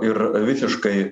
ir visiškai